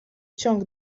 ciąg